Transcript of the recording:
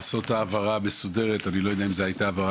לעשות העברה מסודרת אני לא יודע אם זו הייתה העברה